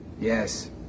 Yes